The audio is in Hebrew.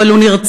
אבל הוא נרצח.